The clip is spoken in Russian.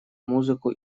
музыку